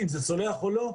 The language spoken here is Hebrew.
אם זה צולח או לא,